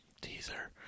Teaser